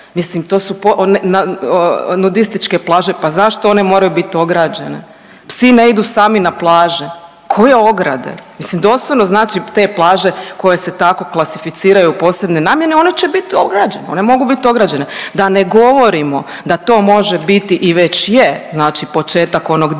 mislim to su po, na, nudističke plaže, pa zašto one moraju biti ograđene? Psi ne idu sami na plaže, koje ograde? Mislim doslovno znači te plaže koje se tako klasificiraju posebne namjene, one će biti ograđene, one mogu biti ograđene. Da ne govorimo da to može biti i već je znači početak onog divnog